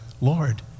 Lord